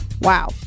Wow